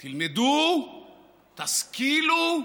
תלמדו, תשכילו,